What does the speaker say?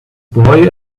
boy